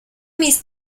mis